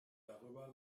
darüber